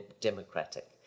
democratic